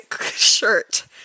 shirt